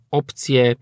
opcje